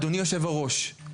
אדוני יושב הראש,